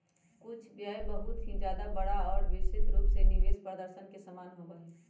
कुछ व्यय बहुत ही ज्यादा बड़ा और विस्तृत रूप में निवेश प्रदर्शन के समान होबा हई